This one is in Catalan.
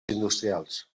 industrials